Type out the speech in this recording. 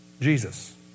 Jesus